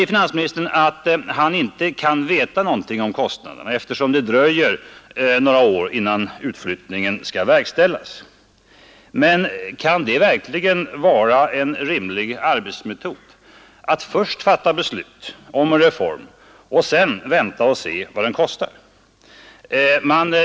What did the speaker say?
Finansministern säger att han inte kan veta någonting om kostnaderna, eftersom det dröjer några år innan utflyttningen skall verkställas. Kan det verkligen vara en rimlig arbetsmetod att först fatta beslut om en reform och sedan vänta och se vad den kostar?